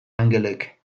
angelek